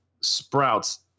sprouts